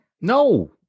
No